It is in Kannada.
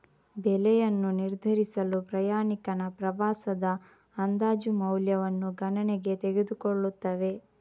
ಬೆಲೆಯನ್ನು ನಿರ್ಧರಿಸಲು ಪ್ರಯಾಣಿಕನ ಪ್ರವಾಸದ ಅಂದಾಜು ಮೌಲ್ಯವನ್ನು ಗಣನೆಗೆ ತೆಗೆದುಕೊಳ್ಳುತ್ತವೆ